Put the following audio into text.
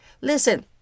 Listen